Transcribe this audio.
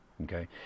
okay